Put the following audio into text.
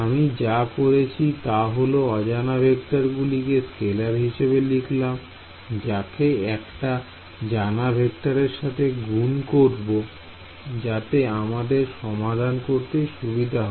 আমি যা করেছি তা হল অজানা ভেক্টর গুলিকে স্কেলার হিসেবে লিখলাম যাকে একটি জানা ভেক্টরের সাথে গুণ করব যাতে আমাদের সমাধান করতে সুবিধা হয়